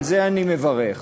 על זה אני מברך.